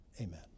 amen